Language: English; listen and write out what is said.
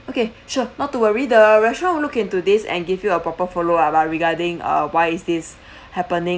okay sure not to worry the restaurant we'll look into this and give you a proper follow up ah regarding uh why is this happening